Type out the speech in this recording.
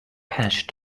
hash